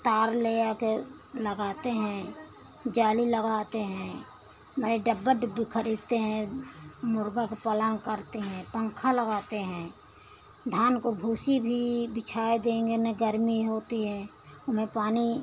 तार ले आके लगाते हैं जाली लगाते हैं मैं डिब्बा पे डिब्बी खरीदते हैं मुर्गा के पाला करते हैं पंखा लगाते हैं धान के भूसी भी बिछाए देंगे न गर्मी होती है ऊमें पानी